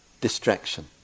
distraction